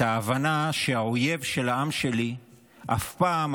את ההבנה שהאויב של העם שלי אף פעם,